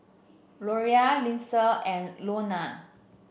Loria Linsey and Lorna